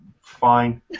fine